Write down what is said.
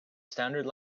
standard